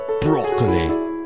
broccoli